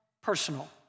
personal